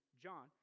John